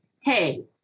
hey